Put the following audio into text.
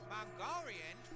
Mongolian